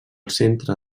centre